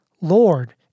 Lord